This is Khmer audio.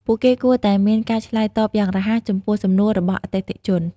ពួកគេគួរតែមានការឆ្លើយតបយ៉ាងរហ័សចំពោះសំណួររបស់អតិថិជន។